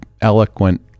eloquent